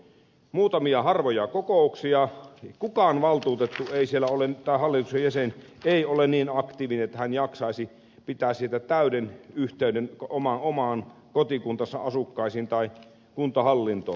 muutamia harvoja kokouksia kukaan hallituksen jäsen ei siellä ole niin aktiivinen että jaksaisi pitää täyden yhteyden oman kotikuntansa asukkaisiin tai kuntahallintoon